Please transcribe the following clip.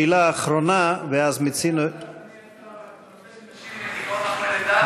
שאלה אחרונה ואז מיצינו, נשים בדיכאון אחרי לידה.